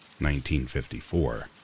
1954